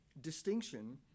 distinction